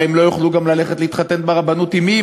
הרי הם גם לא יוכלו ללכת להתחתן ברבנות, עם מי?